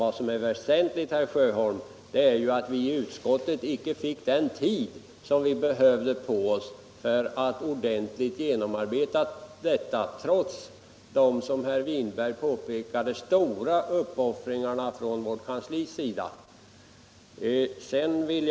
Vad som är väsentligt, herr Sjöholm, är att vi i utskottet inte fick den tid på oss som vi behövde för att ordentligt genomarbeta detta förslag, trots de stora uppoffringarna från vårt kanslis sida, som herr Winberg påpekade.